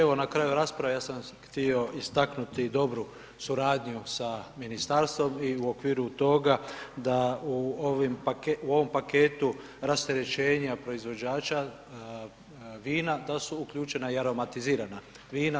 Evo na kraju rasprave sam htio istaknuti dobru suradnju sa ministarstvom i u okviru toga da u ovom paketu rasterećenja proizvođača vina da su uključena i aromatizirana vina.